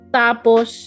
tapos